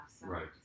Right